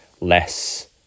less